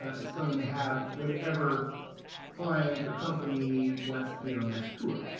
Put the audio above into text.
it's going to have whatever client or company wants to be on that tour.